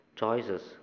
choices